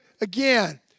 again